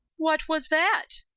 what was that?